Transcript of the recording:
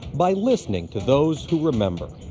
by listening to those who remember.